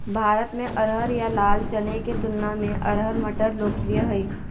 भारत में अरहर या लाल चने के तुलना में अरहर मटर लोकप्रिय हइ